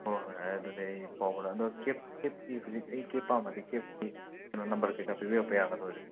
ꯍꯣ ꯍꯣꯏ ꯌꯥꯔꯦ ꯑꯗꯨꯗꯤ ꯑꯩ ꯄꯥꯎ ꯍꯣꯔꯑꯅꯣ ꯀꯦꯞ ꯀꯦꯞꯀꯤ ꯍꯧꯖꯤꯛ ꯑꯩ ꯀꯦꯞ ꯄꯥꯝꯃꯗꯤ ꯀꯦꯞꯀꯤ ꯀꯩꯅꯣ ꯅꯝꯕꯔ ꯀꯩ ꯀꯥ ꯄꯤꯕꯤꯔꯛꯄ ꯌꯥꯒꯗ꯭ꯔꯥ ꯍꯧꯖꯤꯛ